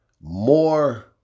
more